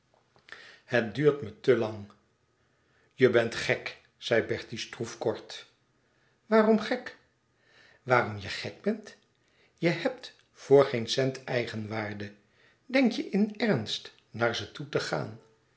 het duurt me te lang je bent gek zei bertie stroefkort waarom gek waarom je gek bent je hebt voor geen cent eigenwaarde denk je in ernst naar ze toe te gaan